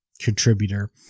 contributor